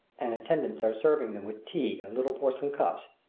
and attendants are serving them with tea in little porcelain cups.